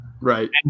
Right